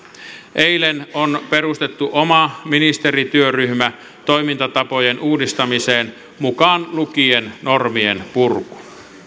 eilen on perustettu oma ministerityöryhmä toimintatapojen uudistamiseen mukaan lukien normien purku